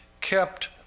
kept